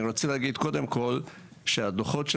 אני רוצה להגיד קודם כל שהדוחות של